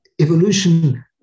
Evolution